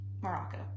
Morocco